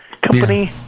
company